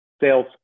sales